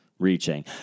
Reaching